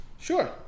Sure